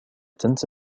تنس